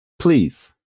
Please